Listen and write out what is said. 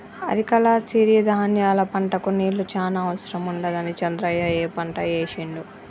అరికల సిరి ధాన్యాల పంటకు నీళ్లు చాన అవసరం ఉండదని చంద్రయ్య ఈ పంట ఏశిండు